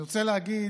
אני רוצה להגיד